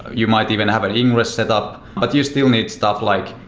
you might even have an ingress set up, but you still need stuff like,